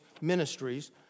ministries